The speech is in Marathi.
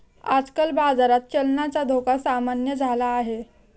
आजकाल बाजारात चलनाचा धोका सामान्य झाला आहे